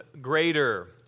Greater